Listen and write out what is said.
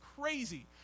crazy